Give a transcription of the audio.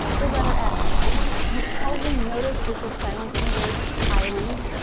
the letter s you've probably noticed this is silent in the word island,